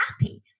happy